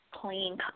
clean